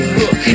look